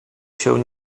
się